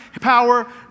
power